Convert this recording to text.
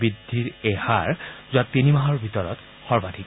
বৃদ্ধিৰ এই হাৰ যোৱা তিনি মাহৰ ভিতৰত সৰ্বাধিক